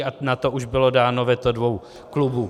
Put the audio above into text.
A na to už bylo dáno veto dvou klubů.